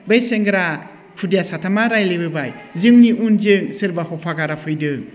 बै सेंग्रा खुदिया साथामा रायज्लायबोबाय जोंनि उनजों सोरबा हफागारा फैदों